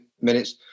minutes